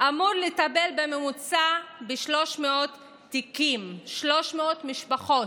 אמור לטפל בממוצע ב-300 תיקים, 300 משפחות,